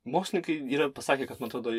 mokslininkai yra pasakę kad man atrodo